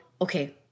okay